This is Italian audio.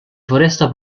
foresta